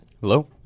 Hello